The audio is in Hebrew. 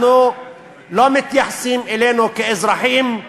לא מתייחסים אלינו כלאזרחים,